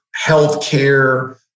healthcare